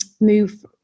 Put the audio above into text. move